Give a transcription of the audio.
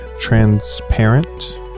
transparent